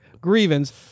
grievance